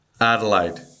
Adelaide